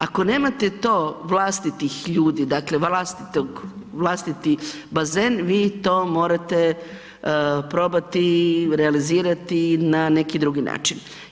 Ako nemate to vlastitih ljudi, dakle vlastiti bazen, vi to morate probati realizirati na neki drugi način.